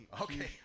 okay